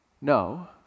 no